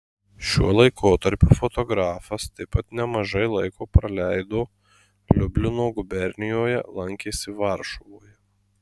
šiuo laikotarpiu fotografas taip pat nemažai laiko praleido liublino gubernijoje lankėsi varšuvoje